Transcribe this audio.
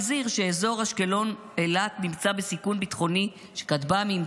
הזהיר שאזור אשקלון אילת נמצא בסיכון ביטחוני של כטב"מים,